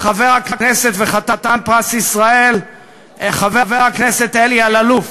וחתן פרס ישראל חבר הכנסת אלי אלאלוף,